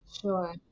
Sure